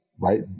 right